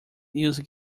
use